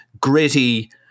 gritty